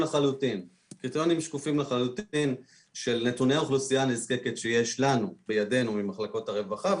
הקריטריונים של נתוני אוכלוסייה הנזקקת שיש בידינו ממחלקות הרווחה,